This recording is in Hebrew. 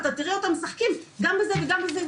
אתה תראה אותם משחקים גם בזה וגם בזה,